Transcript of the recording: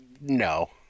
no